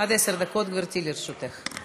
עד עשר דקות, גברתי, לרשותך.